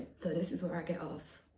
so this is where i get off.